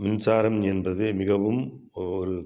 மின்சாரம் என்பது மிகவும் ஒரு